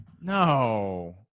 No